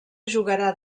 jugarà